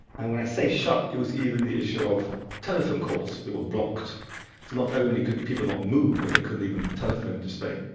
and when i say shut, it was even the issue of telephone calls that were blocked, so not only could people not move but they couldn't even telephone to spain.